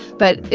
but,